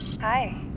Hi